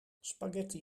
spaghetti